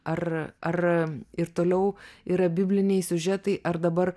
ar ar ir toliau yra bibliniai siužetai ar dabar